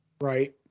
right